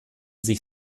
sich